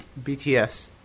BTS